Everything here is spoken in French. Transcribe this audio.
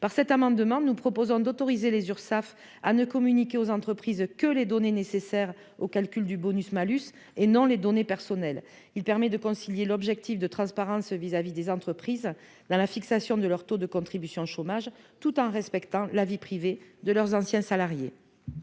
Par cet amendement, nous proposons d'autoriser les Urssaf à ne communiquer aux entreprises que les données nécessaires au calcul du bonus-malus et non les données personnelles. Cela permettrait de concilier l'objectif de transparence vis-à-vis des entreprises dans la fixation de leur taux de contribution à l'assurance chômage, d'une part, et le respect de la vie privée de leurs anciens salariés,